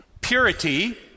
purity